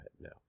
No